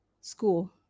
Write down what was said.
school